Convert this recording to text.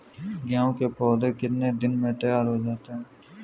गेहूँ के पौधे कितने दिन में तैयार हो जाते हैं?